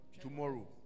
tomorrow